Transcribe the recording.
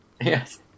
yes